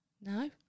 No